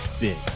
big